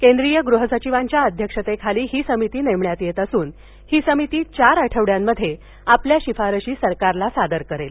केंद्रीय गृह सचिवांच्या अध्यक्षतेखाली ही समिती नेमण्यात येत असून ही समिती चार आठवड्यात आपल्या शिफारशी सरकारला सादर करेल